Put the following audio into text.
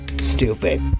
Stupid